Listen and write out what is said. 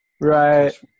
Right